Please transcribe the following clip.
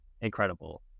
incredible